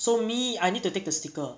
so me I need to take the sticker